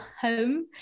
home